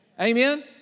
Amen